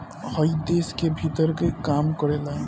हइ देश के भीतरे काम करेला